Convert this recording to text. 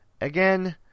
Again